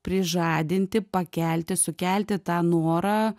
prižadinti pakelti sukelti tą norą